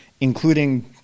including